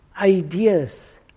ideas